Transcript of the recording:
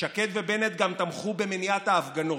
שקד ובנט גם תמכו במניעת ההפגנות.